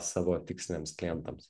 savo tiksliniams klientams